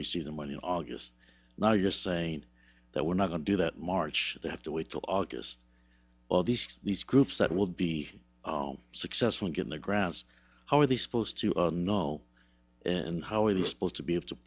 receive the money in august now you're saying that we're not going do that march they have to wait till august all these these groups that will be successful in getting the grants how are they supposed to know and how it is supposed to be able to